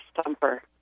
stumper